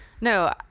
No